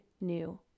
new